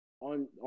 on